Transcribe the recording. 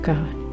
God